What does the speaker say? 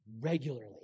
regularly